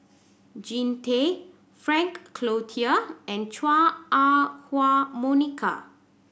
Jean Tay Frank Cloutier and Chua Ah Huwa Monica